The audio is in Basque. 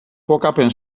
kokapen